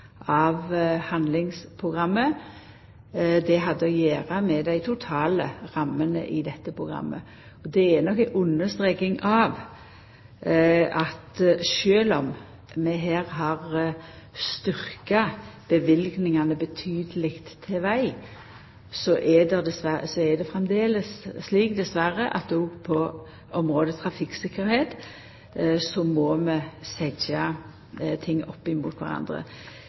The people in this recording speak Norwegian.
av handlingsprogrammet. Det hadde å gjera med dei totale rammene i dette programmet. Det er nok ei understreking av at sjølv om vi her har styrkt løyvingane til veg betydeleg, så er det framleis slik, dessverre, at òg på området trafikktryggleik må vi setja tiltak opp mot kvarandre.